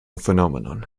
phenomenon